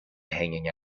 hanging